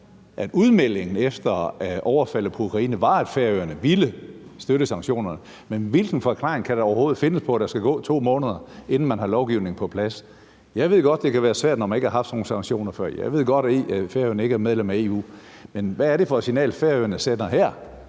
at udmeldingen efter overfaldet på Ukraine var, at Færøerne ville støtte sanktionerne. Men hvilken forklaring kan der overhovedet findes på, at der skal gå 2 måneder, inden man har lovgivning på plads? Jeg ved godt, at det kan være svært, når man ikke har haft sådan nogen sanktioner før. Jeg ved godt, at Færøerne ikke er medlem af EU. Men hvad er det for et signal, Færøerne sender her,